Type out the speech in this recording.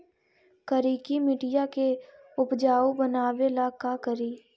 करिकी मिट्टियां के उपजाऊ बनावे ला का करी?